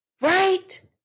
Right